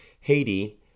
Haiti